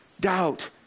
doubt